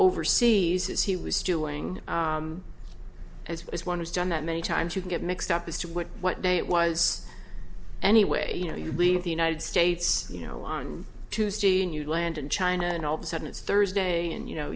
overseas as he was doing as well as one has done that many times you can get mixed up as to what day it was anyway you know you leave the united states you know on tuesday and you land in china and all the sudden it's thursday and you know